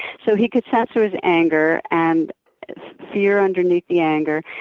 so he could sense there was anger and fear underneath the anger.